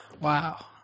Wow